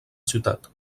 ciutat